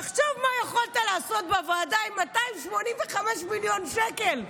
תחשוב מה יכולת לעשות בוועדה עם 285 מיליון שקל.